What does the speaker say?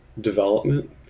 development